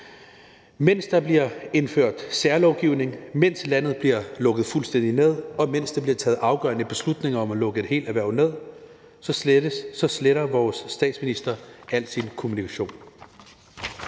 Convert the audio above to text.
Mens der bliver indført særlovgivning, mens landet bliver lukket fuldstændig ned, og mens der bliver taget afgørende beslutninger om at lukke et helt erhverv ned, sletter vores statsminister al sin kommunikation.